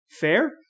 Fair